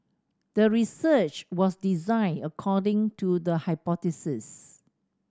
the research was designed according to the hypothesis